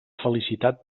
felicitat